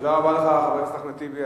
תודה רבה לך, חבר הכנסת אחמד טיבי.